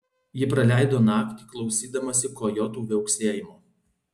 ji praleido naktį klausydamasi kojotų viauksėjimo